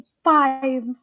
Five